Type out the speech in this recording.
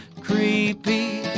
creepy